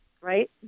right